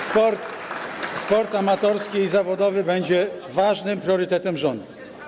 Sport, sport amatorski i zawodowy, będzie ważnym priorytetem rządu.